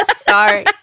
sorry